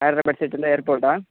హైదరాబాద్ సెటిలో ఎయిర్ పోర్టా